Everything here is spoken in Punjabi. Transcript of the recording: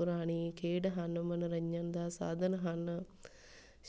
ਪੁਰਾਣੀ ਖੇਡ ਹਨ ਮਨੋਰੰਜਨ ਦਾ ਸਾਧਨ ਹਨ